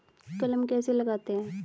कलम कैसे लगाते हैं?